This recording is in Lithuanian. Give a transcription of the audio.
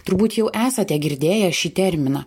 turbūt jau esate girdėję šį terminą